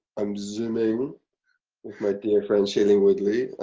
i'm zooming with my dear friend shailene woodley,